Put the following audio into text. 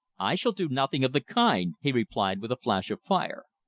i shall do nothing of the kind! he replied with a flash of fire.